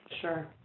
Sure